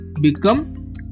become